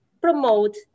promote